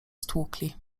stłukli